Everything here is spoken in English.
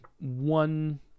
one